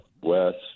west